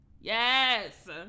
Yes